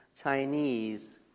Chinese